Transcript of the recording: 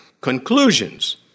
conclusions